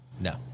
No